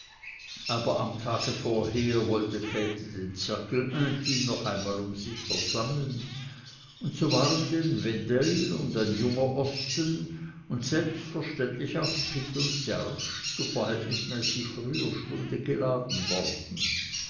aber am tage vorher wollte käthe den cercle intime noch einmal um sich versammeln und so waren denn wedell und ein junger osten und selbstverständlich auch pitt und serge zu verhältnismäßig früher stunde geladen worden